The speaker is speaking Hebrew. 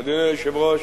אדוני היושב-ראש,